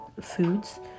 foods